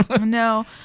No